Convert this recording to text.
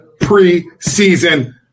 preseason